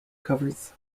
covers